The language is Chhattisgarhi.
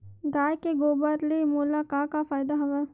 गाय के गोबर ले मोला का का फ़ायदा हवय?